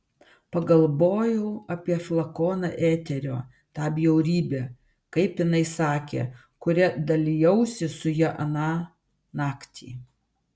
pagalvojau apie flakoną eterio tą bjaurybę kaip jinai sakė kuria dalijausi su ja aną naktį